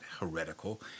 heretical